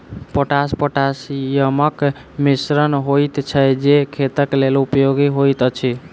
potash पोटासियमक मिश्रण होइत छै जे खेतक लेल उपयोगी होइत अछि